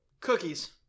Cookies